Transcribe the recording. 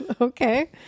Okay